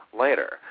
later